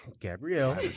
Gabrielle